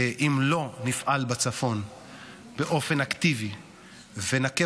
אם לא נפעל בצפון באופן אקטיבי ונכה